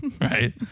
Right